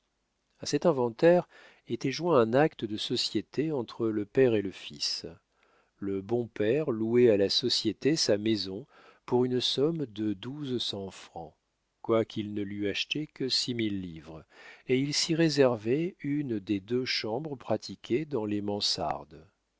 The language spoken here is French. a cet inventaire était joint un acte de société entre le père et le fils le bon père louait à la société sa maison pour une somme de douze cents francs quoiqu'il ne l'eût achetée que six mille livres et il s'y réservait une des deux chambres pratiquées dans les mansardes